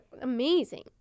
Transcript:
amazing